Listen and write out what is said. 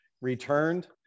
returned